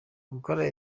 gukora